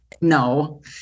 No